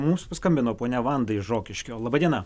mums paskambino ponia vanda iš rokiškio laba diena